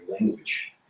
language